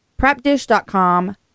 Prepdish.com